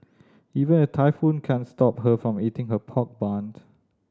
even a typhoon can't stop her from eating her pork bunt